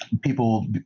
people